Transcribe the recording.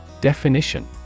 Definition